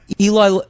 Eli